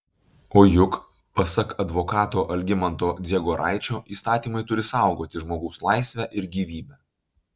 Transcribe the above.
o juk pasak advokato algimanto dziegoraičio įstatymai turi saugoti žmogaus laisvę ir gyvybę